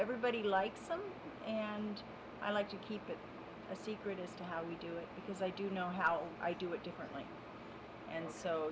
everybody likes them and i like to keep it a secret as to how we do it because i do know how i do it differently and so